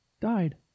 died